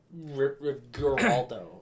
Geraldo